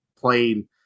playing